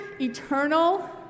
eternal